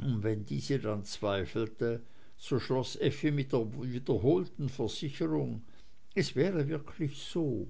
wenn diese dann zweifelte so schloß effi mit der wiederholten versicherung es wäre wirklich so